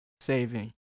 saving